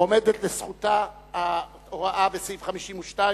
עומדת לזכותה ההוראה בסעיף 52,